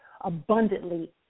abundantly